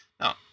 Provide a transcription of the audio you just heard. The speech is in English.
Now